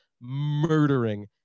murdering